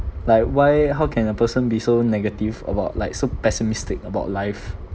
like why how can a person be so negative about like so pessimistic about life